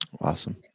Awesome